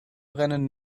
brennen